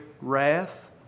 wrath